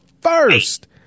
first